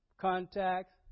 contacts